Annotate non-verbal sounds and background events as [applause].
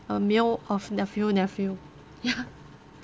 a male of nephew nephew ya [noise]